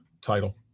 title